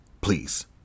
please